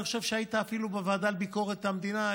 אני חושב שהיית אפילו בוועדה לביקורת המדינה,